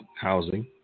housing